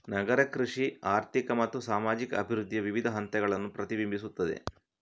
ನಗರ ಕೃಷಿ ಆರ್ಥಿಕ ಮತ್ತು ಸಾಮಾಜಿಕ ಅಭಿವೃದ್ಧಿಯ ವಿವಿಧ ಹಂತಗಳನ್ನು ಪ್ರತಿಬಿಂಬಿಸುತ್ತದೆ